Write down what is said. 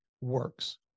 works